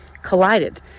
collided